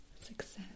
success